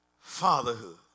fatherhood